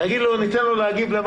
האלה.